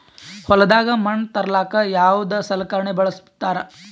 ಹೊಲದಾಗ ಮಣ್ ತರಲಾಕ ಯಾವದ ಸಲಕರಣ ಬಳಸತಾರ?